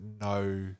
no